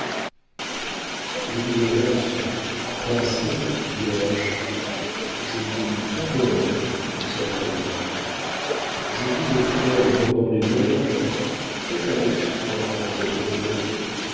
je dis aux ronces croissez vierges je dis embaume au serpolet je dis aux fleurs bordant les berges faites avec soin votre ourlet